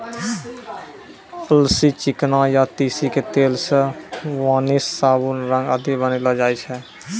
अलसी, चिकना या तीसी के तेल सॅ वार्निस, साबुन, रंग आदि बनैलो जाय छै